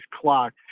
clock